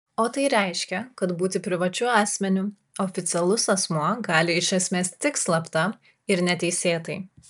o tai reiškia kad būti privačiu asmeniu oficialus asmuo gali iš esmės tik slapta ir neteisėtai